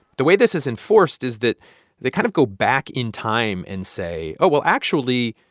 the way this is enforced is that they kind of go back in time and say, oh, well, actually,